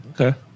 Okay